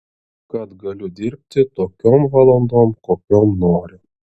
kad galiu dirbti tokiom valandom kokiom noriu